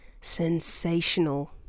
sensational